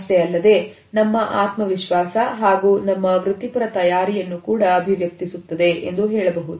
ಅಷ್ಟೇ ಅಲ್ಲದೆ ನಮ್ಮ ಆತ್ಮವಿಶ್ವಾಸ ಹಾಗೂ ನಮ್ಮ ವೃತ್ತಿಪರ ತಯಾರಿಯನ್ನು ಕೂಡ ಅಭಿವ್ಯಕ್ತಿಸುತ್ತದೆ ಎಂದು ಹೇಳಬಹುದು